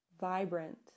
vibrant